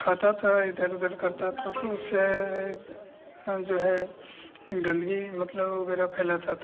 खाता था इधर उधर करता था तो उससे जो है गन्दगी मतलब वग़ैरह फैलाता था